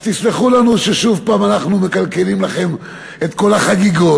אז תסלחו לנו ששוב הפעם אנחנו מקלקלים לכם את כל החגיגות.